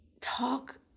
talk